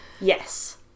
Yes